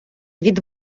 від